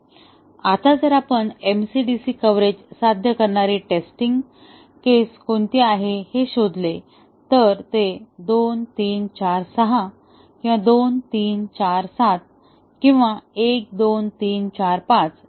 आहे आता जर आपण MCDC कव्हरेज साध्य करणारी टेस्टिंग केस कोणती आहेत हे शोधले तर ते 2 3 4 6 किंवा 2 3 4 7 किंवा 1 2 3 4 5